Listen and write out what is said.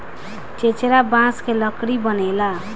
चेचरा बांस के लकड़ी बनेला